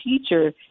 teacher